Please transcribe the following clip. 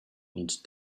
und